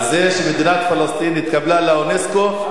על זה שמדינת פלסטין נתקבלה לאונסק"ו.